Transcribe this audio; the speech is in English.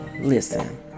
listen